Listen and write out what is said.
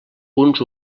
punts